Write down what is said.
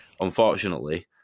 Unfortunately